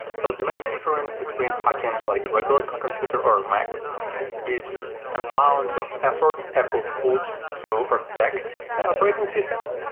so the mail difference between hacking like regular computer or a mac is a mount of effort apple put to protect their operating system.